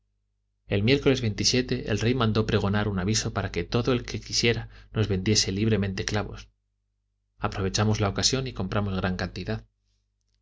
el miércoles el rey mandó pregonar un aviso para que todo el que quisiera nos vendiese libremente clavos aprovechamos la ocasión y compramos gran cantidad